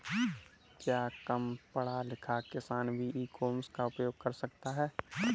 क्या कम पढ़ा लिखा किसान भी ई कॉमर्स का उपयोग कर सकता है?